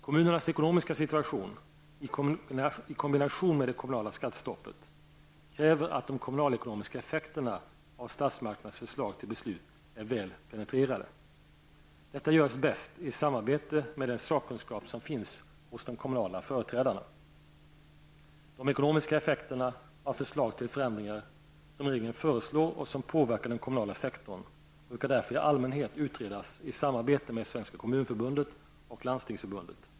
Kommunernas ekonomiska situation, i kombination med det kommunala skattestoppet, kräver att de kommunalekonomiska effekterna av statsmakternas förslag till beslut är väl penetrerade. Detta görs bäst i samarbete med den sakkunskap som finns hos de kommunala företrädarna. De ekonomiska effekterna av förändringar som regeringen föreslår och som påverkar den kommunala sektorn, brukar därför i allmänhet utredas i samarbete med Svenska kommunförbundet och Landstingsförbundet.